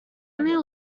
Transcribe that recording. only